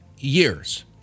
years